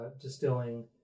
distilling